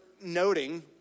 noting